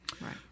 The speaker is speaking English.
Right